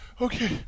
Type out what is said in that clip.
Okay